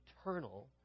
eternal